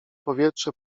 powietrze